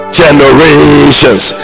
generations